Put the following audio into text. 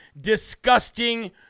disgusting